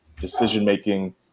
decision-making